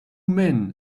men